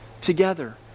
together